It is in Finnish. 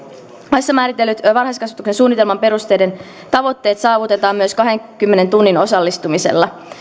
laissa määritellyt varhaiskasvatussuunnitelman perusteiden tavoitteet saavutetaan myös kahdenkymmenen tunnin osallistumisella